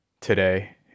today